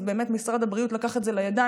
אז באמת משרד הבריאות לקח את זה לידיים.